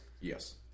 Yes